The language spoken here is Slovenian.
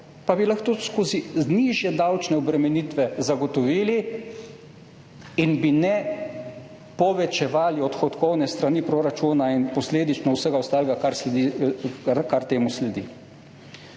pa bi lahko tudi skozi nižje davčne obremenitve zagotovili in ne bi povečevali odhodkovne strani proračuna in posledično vsega ostalega, kar temu sledi.